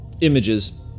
images